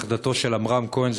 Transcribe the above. נכדתו של עמרם כהן,